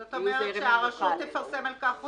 זאת אומרת שהרשות תפרסם על כך הודעה?